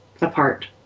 apart